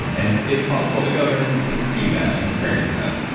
and and it's possible to go there and and see that and experience that.